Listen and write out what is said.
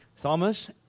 Thomas